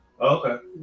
Okay